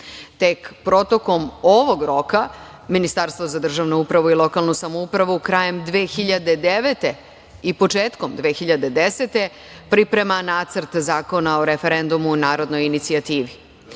Tek protokom ovog roka, Ministarstvo za državnu upravu i lokalnu samoupravu krajem 2009. godine i početkom 2010. godine priprema Nacrt zakona o referendumu i narodnoj inicijativi.